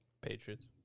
Patriots